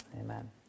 Amen